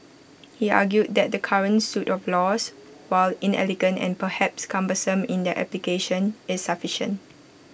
he argued that the current suit of laws while inelegant and perhaps cumbersome in their application is sufficient